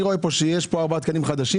אני רואה שיש כאן ארבעה תקנים חדשים.